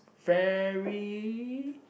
very